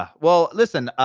ah well listen,